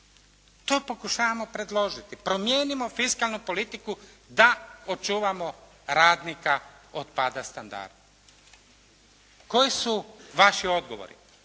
To pokušamo predložiti. Promijenimo fiskalnu politiku da očuvamo radnika od pada standarda. Koji su vaši odgovori?